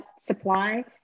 supply